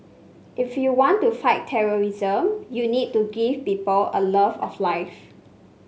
if you want to fight terrorism you need to give people a love of life